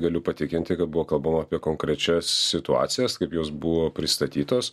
galiu patikinti kad buvo kalbama apie konkrečias situacijas kaip jos buvo pristatytos